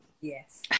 yes